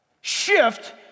shift